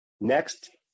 next